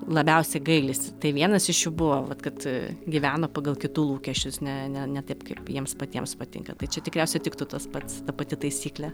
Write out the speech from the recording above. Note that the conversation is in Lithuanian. labiausiai gailisi tai vienas iš jų buvo vat kad gyveno pagal kitų lūkesčius ne ne ne taip kaip jiems patiems patinka tai čia tikriausiai tiktų tas pats ta pati taisyklė